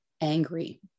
angry